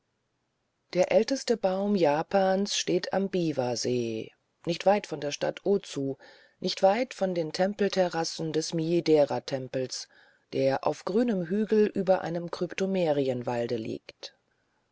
der älteste baum japans steht am biwasee nicht weit von der stadt ozu nicht weit von den tempelterrassen des miideratempels der auf grünem hügel über einem kryptomerienwalde liegt